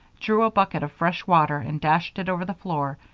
drew a bucket of fresh water and dashed it over the floor,